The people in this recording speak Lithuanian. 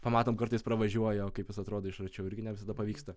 pamatom kartais pravažiuoja o kaip jis atrodo iš arčiau irgi ne visada pavyksta